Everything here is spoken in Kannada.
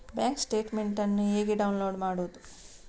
ಬ್ಯಾಂಕ್ ಸ್ಟೇಟ್ಮೆಂಟ್ ಅನ್ನು ಹೇಗೆ ಡೌನ್ಲೋಡ್ ಮಾಡುವುದು?